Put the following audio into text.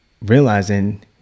realizing